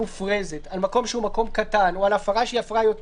מופרזת על מקום שהוא מקום קטן או על הפרה שהיא הפרה יותר